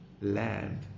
land